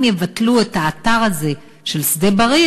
אם יבטלו את האתר הזה של שדה-בריר,